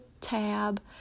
tab